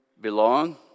belong